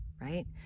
right